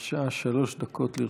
בבקשה, שלוש דקות לרשותך.